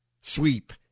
sweep